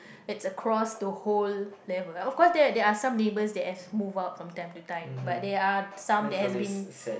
it's across the whole level of course there there are some neighbours that have moved out from time to time but they are some that has been